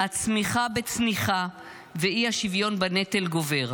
הצמיחה בצניחה והאי-שוויון בנטל גובר.